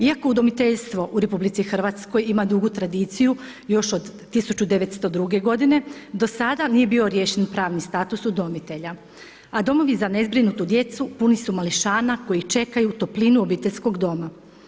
Iako udomiteljstvo u Republici Hrvatskoj ima dugu tradiciju, još od 1902. godine, do sada nije bio riješen pravni status udomitelja, a domovi za nezbrinutu djecu puni su mališana koji čekaju toplinu obiteljskog doma.